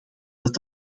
dat